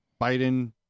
Biden